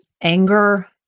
anger